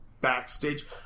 backstage